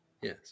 Yes